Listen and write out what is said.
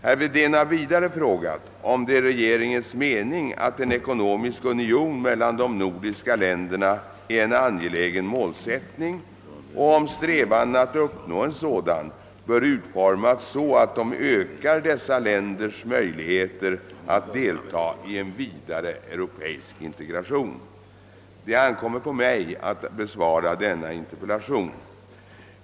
Herr Wedén har vidare frågat om det är regeringens mening att en ekonomisk union mellan de nordiska länderna är en angelägen mål Sättning och om strävandena att uppnå en sådan bör utformas så att de ökar dessa länders möjligheter att deltaga i en vidare europeisk integration. Det ankommer på mig att svara på denna interpellation.